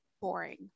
boring